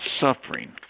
suffering